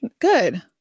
Good